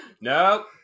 Nope